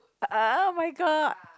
uh [oh]-my-god